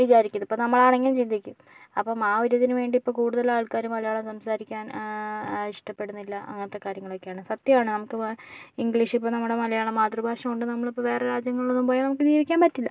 എന്ന് വിചാരിക്കും അതിപ്പോൾ നമ്മളാണെങ്കിലും ചിന്തിക്കും അപ്പം ആ ഒരിതിനുവേണ്ടി ഇപ്പോൾ കൂടുതൽ ആൾക്കാരും മലയാളം സംസാരിക്കാൻ ഇഷ്ട്ടപ്പെടുന്നില്ല അങ്ങനത്തെ കാര്യങ്ങളൊക്കെയാണ് സത്യാമാണ് നമുക്ക് വാ ഇംഗ്ലീഷ് ഇപ്പോൾ നമ്മടെ മലയാളം മാതൃഭാഷകൊണ്ടു നമ്മളിപ്പോൾ വേറെ രാജ്യങ്ങളിലൊന്നും പോയാൽ നമുക്ക് ജീവിക്കാൻ പറ്റില്ല